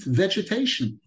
vegetation